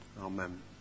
Amen